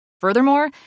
Furthermore